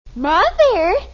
Mother